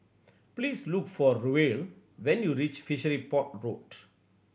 please look for Ruel when you reach Fishery Port Road